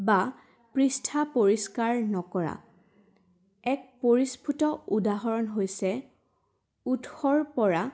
বা পৃষ্ঠা পৰিষ্কাৰ নকৰা এক পৰিস্ফুট উদাহৰণ হৈছে উৎসৰপৰা